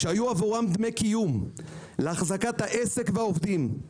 שהיו עבורם דמי קיום להחזקת העסק והעובדים.